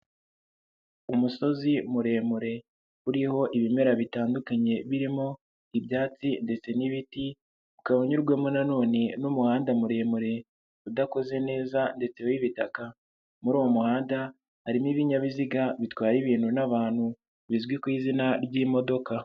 Umusozi muremure uriho ibimera bitandukanye birimo ibyatsi ndetse n'ibiti, ukaba unyurwamo nanone n'umuhanda muremure udakoze neza ndetse w'ibitaka, muri uwo muhanda harimo ibinyabiziga bitwara ibintu n'abantu bizwi ku izina ry'imodoka.